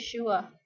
Yeshua